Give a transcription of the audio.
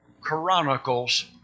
Chronicles